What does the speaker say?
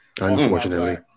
Unfortunately